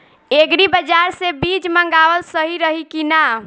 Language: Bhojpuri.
एग्री बाज़ार से बीज मंगावल सही रही की ना?